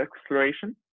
exploration